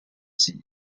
sie